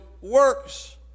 works